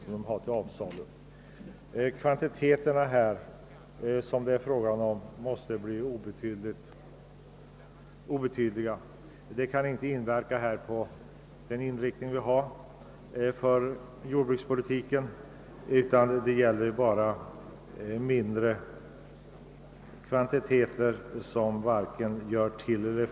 De produktionskvantiteter som här är aktuella måste vara obetydliga sett mot bakgrund av den totala produktionen och kan inte påverka inriktningen av vår jordbrukspolitik.